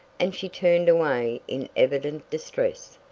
and she turned away in evident distress.